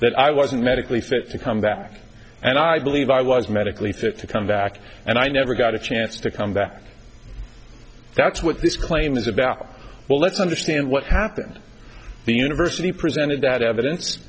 that i wasn't medically fit to come back and i believe i was medically fit to come back and i never got a chance to come back that's what this claim is about well let's understand what happened the university presented that evidence